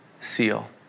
seal